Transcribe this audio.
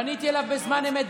פניתי אליו בזמן אמת,